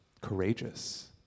courageous